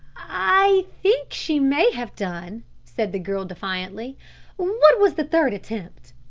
i think she may have done, said the girl defiantly what was the third attempt?